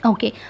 Okay